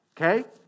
okay